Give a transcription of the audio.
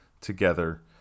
together